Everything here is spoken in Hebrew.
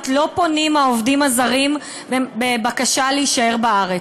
לא פונים העובדים הזרים בבקשה להישאר בארץ,